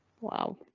Wow